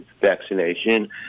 vaccination